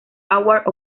award